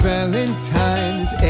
Valentine's